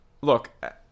look